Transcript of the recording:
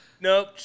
Nope